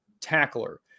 tackler